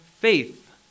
faith